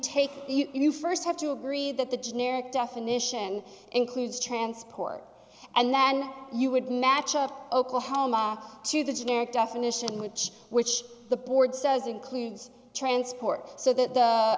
take you st have to agree that the generic definition includes transport and then you would match up oklahoma to the generic definition which which the board says includes transport so that the